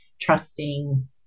trusting